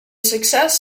success